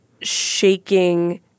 shaking